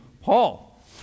Paul